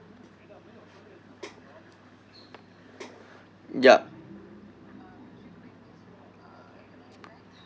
yup